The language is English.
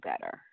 better